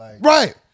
Right